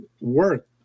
work